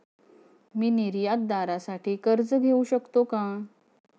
मी निर्यातदारासाठी कर्ज घेऊ शकतो का?